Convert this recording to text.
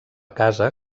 casa